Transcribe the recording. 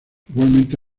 igualmente